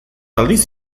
aldiz